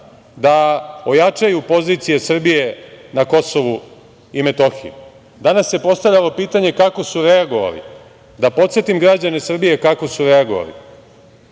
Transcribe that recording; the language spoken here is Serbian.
da ojačaju pozicije Srbije na Kosovu i Metohiji. Danas se postavlja pitanje – kako su reagovali? Da podsetim građane Srbije kako su reagovali.